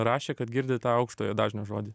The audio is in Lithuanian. rašė kad girdi tą aukštojo dažnio žodį